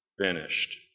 finished